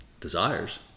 desires